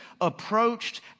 approached